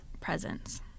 presence